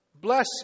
Bless